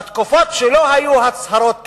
בתקופות שלא היו הצהרות כאלה,